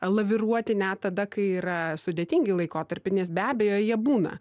laviruoti net tada kai yra sudėtingi laikotarpiai nes be abejo jie būna